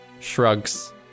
Shrugs